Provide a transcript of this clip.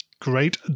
Great